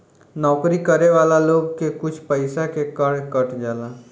नौकरी करे वाला लोग के कुछ पइसा के कर कट जाला